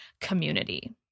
community